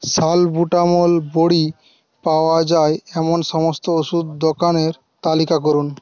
salbutamol বড়ি পাওয়া যায় এমন সমস্ত ওষুধ দোকানের তালিকা করুন